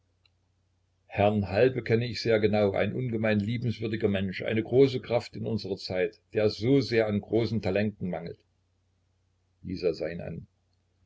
herrn halbe kenne ich sehr genau ein ungemein liebenswürdiger mensch eine große kraft in unserer zeit der es so sehr an großen talenten mangelt isa sah ihn an